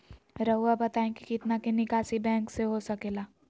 रहुआ बताइं कि कितना के निकासी बैंक से हो सके ला?